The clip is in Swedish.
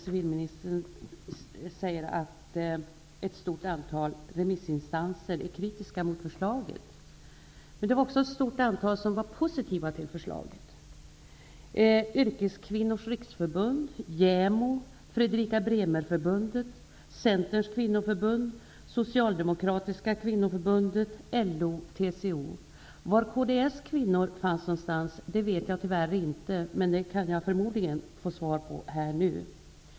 Civilministern säger att ett stort antal remissinstanser var kritiska mot den promemoria om lagförslaget som var ute på remiss. Men det var också ett stort antal som var positiva till förslaget: TCO. Var kds kvinnor fanns någonstans vet jag tyvärr inte. Men det kan jag förmodligen få svar på nu.